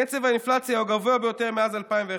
קצב האינפלציה הוא הגבוה ביותר מאז 2011,